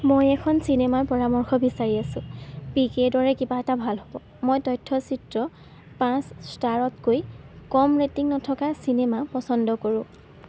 মই এখন চিনেমাৰ পৰামৰ্শ বিচাৰি আছো পি কেৰ দৰে কিবা এটা ভাল হ'ব মই তথ্যচিত্ৰ পাঁচ ষ্টাৰতকৈ কম ৰেটিং নথকা চিনেমা পচন্দ কৰোঁ